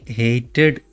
hated